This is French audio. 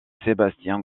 sébastien